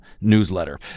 newsletter